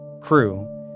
crew